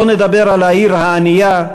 לא נדבר על העיר הענייה,